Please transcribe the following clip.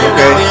Okay